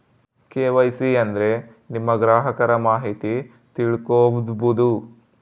KYC ಅಂದ್ರೆ ನಿಮ್ಮ ಗ್ರಾಹಕರ ಮಾಹಿತಿ ತಿಳ್ಕೊಮ್ಬೋದು